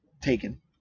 taken